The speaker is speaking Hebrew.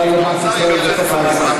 עוד נדבך.